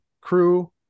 crew